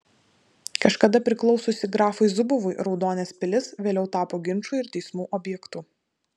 kažkada priklausiusi grafui zubovui raudonės pilis vėliau tapo ginčų ir teismų objektu